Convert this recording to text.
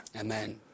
Amen